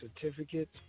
certificates